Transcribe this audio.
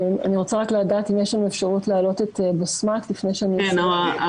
האם יש אפשרות לשמוע גם את בשמת סלע?